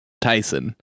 Tyson